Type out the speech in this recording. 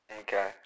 Okay